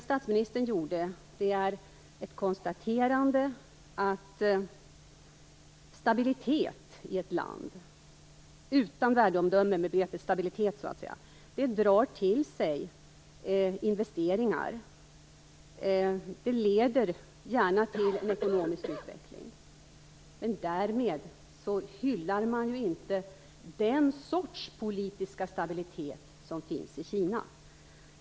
Statsministern gjorde ett konstaterande av att stabilitet - utan värdeomdöme i begreppet - drar till sig investeringar. Det leder gärna till ekonomisk utveckling. Därmed inte sagt att man hyllar den sorts politiska stabilitet som finns i Kina.